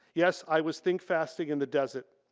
yes i was think fasting in the desert.